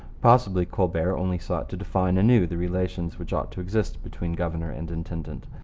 possibly colbert only sought to define anew the relations which ought to exist between governor and intendant.